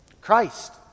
Christ